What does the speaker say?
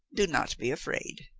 do not be afraid,